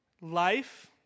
Life